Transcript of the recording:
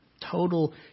total